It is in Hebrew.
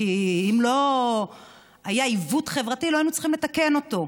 כי אם לא היה עיוות חברתי לא היינו צריכים לתקן אותו.